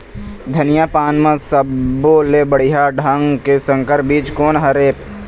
धनिया पान म सब्बो ले बढ़िया ढंग के संकर बीज कोन हर ऐप?